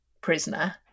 prisoner